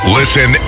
listen